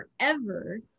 forever